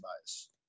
bias